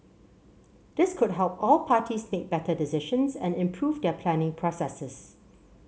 this could help all parties make better decisions and improve their planning processes